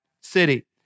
city